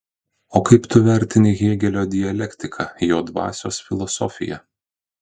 o kaip tu vertini hėgelio dialektiką jo dvasios filosofiją